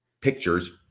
pictures